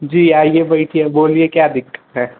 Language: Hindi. जी आइए बैठिए बोलिए क्या दिक्कत है